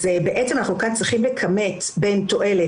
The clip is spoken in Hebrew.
אז בעצם אנחנו כאן צריכים לכמת בין תועלת